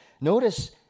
Notice